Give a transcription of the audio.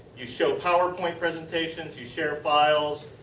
you show powerpoint presentations. you share files.